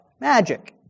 magic